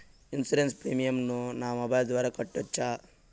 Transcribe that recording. Insurance premium ను నా mobile ద్వారా కట్టొచ్చా?